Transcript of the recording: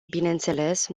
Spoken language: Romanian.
bineînțeles